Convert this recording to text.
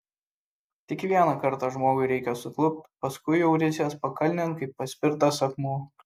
tik vieną kartą žmogui reikia suklupt paskui jau risies pakalnėn kaip paspirtas akmuo